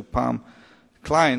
קליין,